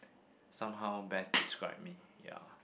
somehow best describe me ya